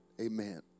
Amen